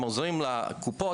הם עוזרים לקופות,